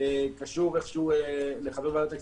קשור איכשהו לחבר ועדת הכספים,